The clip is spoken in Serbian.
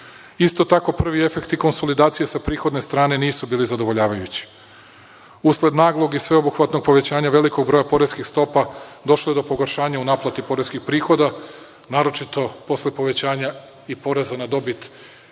BDP.Isto tako, prvi efektni konsolidacije sa prihodne strane nisu bili zadovoljavajući. Usled naglog i sveobuhvatnog povećanja velikog broja poreskih stopa došlo je do pogoršanja u naplati poreskih prihoda, naročito posle povećanja i poreza na dobit